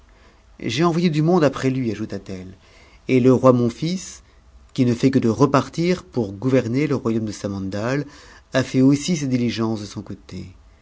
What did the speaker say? envoyé du monde après lui ajouta-t-elle et le roi mon fils qui ne jait que de repartir pour gouverner le royaume de samandal a fait aussi es diligences de son côte